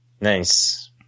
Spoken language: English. nice